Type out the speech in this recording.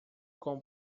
com